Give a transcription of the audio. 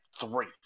three